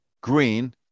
green